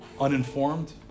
uninformed